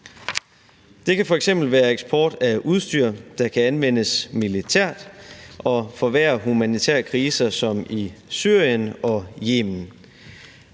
Det kan f.eks. være eksport af udstyr, der kan anvendes militært og forværre humanitære kriser som i Syrien og Yemen.